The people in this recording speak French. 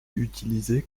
utilisé